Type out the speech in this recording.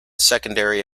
secondary